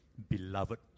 Beloved